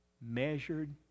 measured